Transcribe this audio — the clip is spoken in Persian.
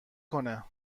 کنه